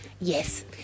yes